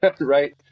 right